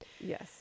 Yes